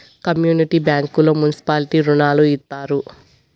community బ్యాంకుల్లో municipality రుణాలు ఇత్తారు